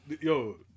Yo